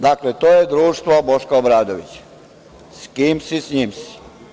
Dakle, to je društvo Boška Obradovića, s kim si, s njim si.